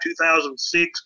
2006